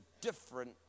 different